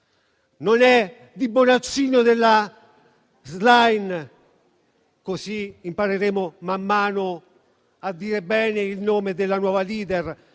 Non è di Bonaccini o della Schlein (così impareremo man mano a dire bene il nome della nuova *leader)*.